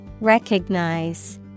Recognize